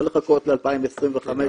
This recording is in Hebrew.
לא לחכות עד 2024 ו-2030,